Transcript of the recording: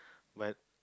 well